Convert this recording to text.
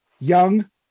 young